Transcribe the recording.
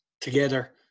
together